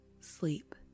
Sleep